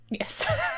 Yes